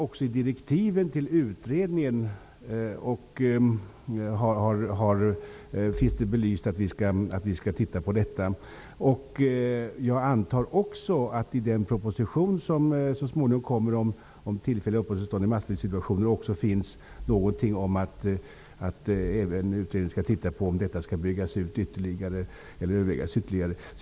Också i direktiven till utredningen anges det att frågan om tillfälliga uppehållstillstånd skall ses över. Jag antar att det i den proposition om tillfälliga uppehållstillstånd i massflyktsituationer som så småningom kommer också föreslås att utredningen skall undersöka om systemet skall byggas ut eller övervägas ytterligare.